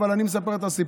אבל אני מספר את הסיפור.